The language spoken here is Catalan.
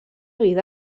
vida